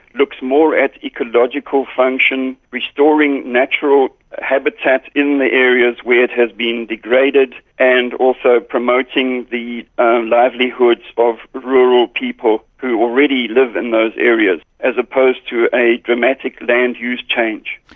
looks more at ecological function, restoring natural habitat in the areas where it has been degraded and also promoting the livelihoods of rural people who already live in those areas, as opposed to a dramatic land use change.